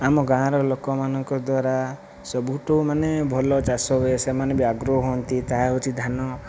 ଆମ ଗାଁର ଲୋକମାନଙ୍କ ଦ୍ୱାରା ସବୁଠାରୁ ମାନେ ଭଲ ଚାଷ ହୁଏ ସେମାନେ ବି ଆଗ୍ରହ ହୁଅନ୍ତି ତାହା ହେଉଛି ଧାନ